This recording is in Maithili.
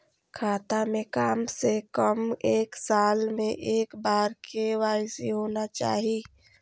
खाता में काम से कम एक साल में एक बार के.वाई.सी होना चाहि?